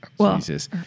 Jesus